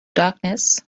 darkness